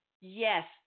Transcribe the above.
Yes